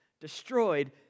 destroyed